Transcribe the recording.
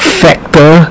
factor